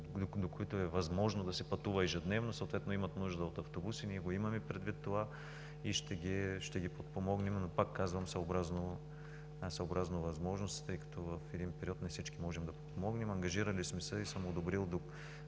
до които е възможно да се пътува ежедневно. Съответно имат нужда от автобуси. Ние това го имаме предвид и ще ги подпомогнем, но, пак казвам, съобразно възможностите, тъй като в един период не на всички можем да помогнем. Ангажирали сме се и съм одобрил